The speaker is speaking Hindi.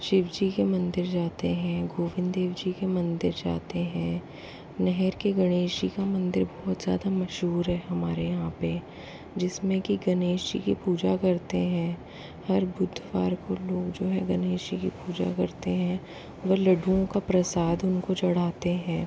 शिव जी के मंदिर जाते हैं गोविंद देव जी के मंदिर जाते हैं नेहर के गणेश जी का मंदिर बोहोत ज़्यादा मशहूर है हमारे यहाँ पे जिसमें कि गणेश जी की पूजा करते हैं हर बुधवार को लोग जो हैं गणेश जी की पूजा करते हैं वह लड्डुओं का प्रसाद उनको चढ़ाते हैं